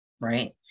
right